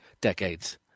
decades